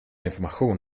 information